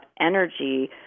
energy